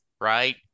right